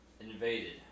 invaded